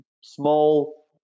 small